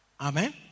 Amen